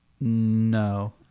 No